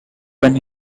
when